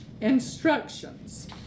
instructions